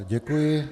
Děkuji.